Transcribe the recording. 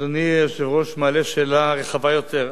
אדוני היושב-ראש מעלה שאלה רחבה יותר.